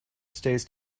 stays